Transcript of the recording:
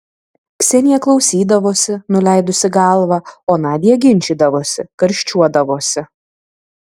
ksenija klausydavosi nuleidusi galvą o nadia ginčydavosi karščiuodavosi